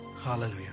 Hallelujah